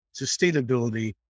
sustainability